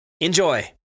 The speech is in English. Enjoy